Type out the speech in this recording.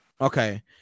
okay